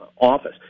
office